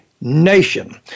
nation